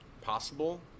possible